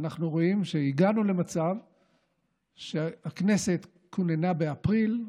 ואנחנו רואים שהגענו למצב שהכנסת כוננה באפריל,